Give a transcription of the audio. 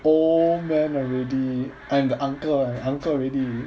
old man already I'm the uncle right uncle already